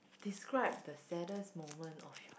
describe the saddest moment of your